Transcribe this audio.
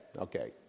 Okay